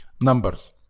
numbers